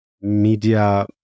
media